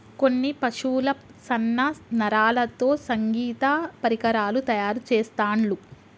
కొన్ని పశువుల సన్న నరాలతో సంగీత పరికరాలు తయారు చెస్తాండ్లు